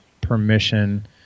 permission